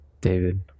David